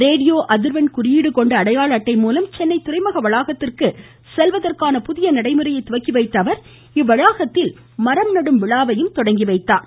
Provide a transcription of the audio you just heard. radio அதிர்வெண் குறியீடு கொண்ட அடையாள அட்டை மூலம் சென்னை துறைமுக வளாகத்திற்கு செல்வதற்கான புதிய நடைமுறையை துவக்கி வைத்த அவர் இவ்வளாகத்தில் மரம் நடும் விழாவையும் தொடங்கி வைத்தார்